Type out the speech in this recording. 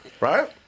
Right